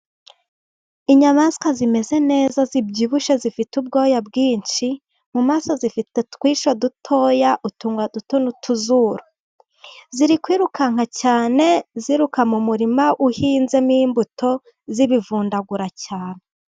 Inyamaswa zimeze neza, zibyibushye, zifite ubwoya bwinshi mu maso zifite utwiso dutoya, utunwa duto n'utuzuru. Ziri kwirukanka cyane ziruka mu murima uhinzemo imbuto, zibivundagura cyane.